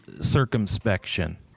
circumspection